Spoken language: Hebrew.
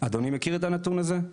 אדוני מכיר את הנתון הזה?